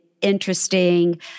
interesting